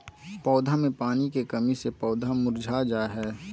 पौधा मे पानी के कमी से पौधा मुरझा जा हय